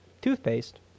toothpaste